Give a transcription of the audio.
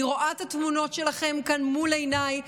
אני רואה את התמונות שלכם כאן מול עיניי.